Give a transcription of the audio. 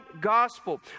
gospel